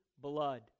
blood